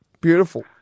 beautiful